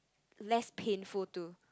less painful to